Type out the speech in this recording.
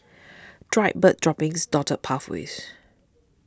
dried bird droppings dotted pathways